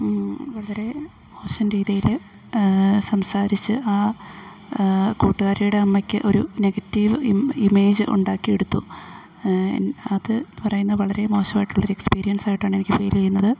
വളരെ മോശം രീതിയില് സംസാരിച്ച് ആ കൂട്ടുകാരിയുടെ അമ്മയ്ക്ക് ഒരു നെഗറ്റീവ് ഇമേജ് ഉണ്ടാക്കിയെടുത്തു അതു വളരെ മോശമായിട്ടുള്ളൊരു എക്സ്പീരിയൻസായിട്ടാണ് എനിക്കു ഫീല്യ്യുന്നത്